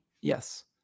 Yes